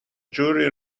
jury